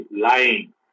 lying